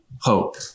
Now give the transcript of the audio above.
hope